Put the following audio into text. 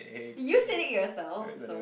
you said it yourself so